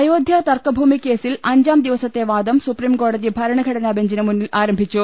അയോധ്യാ തർക്കഭൂമിക്കേസിൽ അഞ്ചാംദിവസത്തെ വാദം സുപ്രീംകോടതി ഭരണഘടനാ ബെഞ്ചിന് മുന്നിൽ ആരംഭിച്ചു